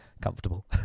comfortable